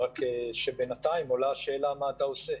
רק שבינתיים, עולה השאלה מה אתה עושה?